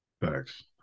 Thanks